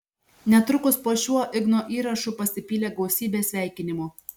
netrukus po šiuo igno įrašu pasipylė gausybė sveikinimų